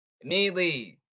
immediately